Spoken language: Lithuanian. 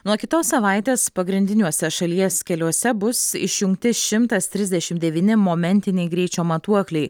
nuo kitos savaitės pagrindiniuose šalies keliuose bus išjungti šimtas trisdešimt devyni momentiniai greičio matuokliai